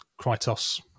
Krytos